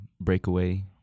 breakaway